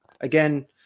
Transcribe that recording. again